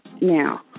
Now